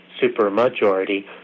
super-majority